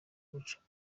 gucamo